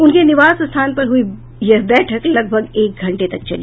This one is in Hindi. उनके निवास स्थान पर हुई यह बैठक लगभग एक घंटे तक चली